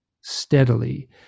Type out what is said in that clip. steadily